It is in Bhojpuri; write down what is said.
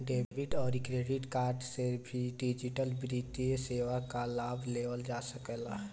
डेबिट अउरी क्रेडिट कार्ड से भी डिजिटल वित्तीय सेवा कअ लाभ लिहल जा सकेला